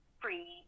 free